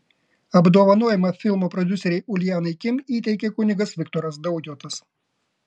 apdovanojimą filmo prodiuserei uljanai kim įteikė kunigas viktoras daujotas